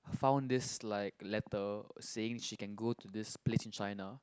found this like letter saying she can go to this place in China